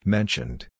Mentioned